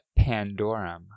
Pandorum